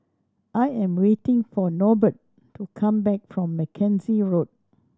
I am waiting for Norbert to come back from Mackenzie Road